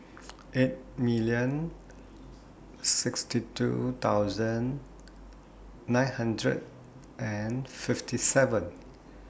eight million sixty two thousand nine hundred and fifty seven